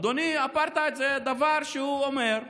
אדוני, אפרטהייד זה דבר שאומר: